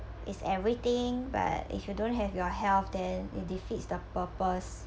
is everything but if you don't have your health then it defeats the purpose